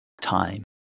time